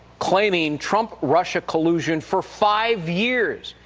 claiming trump-russia collusion for five years.